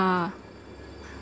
ah